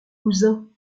cousin